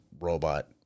robot